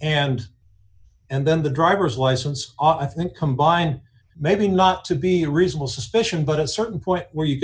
and and then the driver's license ought i think combined maybe not to be reasonable suspicion but a certain point where you